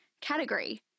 category